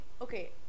Okay